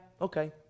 okay